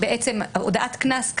הודעת קנס,